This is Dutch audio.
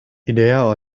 ideaal